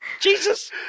Jesus